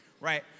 right